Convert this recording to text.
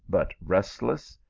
but restless,